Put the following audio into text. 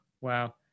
wow